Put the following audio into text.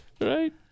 Right